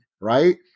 right